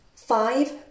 Five